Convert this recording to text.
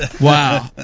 Wow